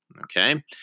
Okay